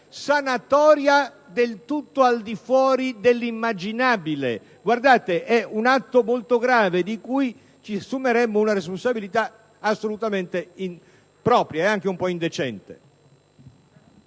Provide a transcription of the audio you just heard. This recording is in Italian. sanatoria del tutto al di fuori dell'immaginabile. È un atto molto grave di cui ci assumeremmo una responsabilità assolutamente impropria ed anche un po' indecente.